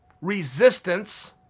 resistance